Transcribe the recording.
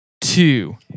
two